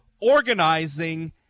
organizing